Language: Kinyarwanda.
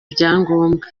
ibyangombwa